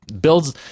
builds